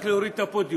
(תיקון מס'